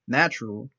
natural